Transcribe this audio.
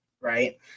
right